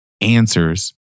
answers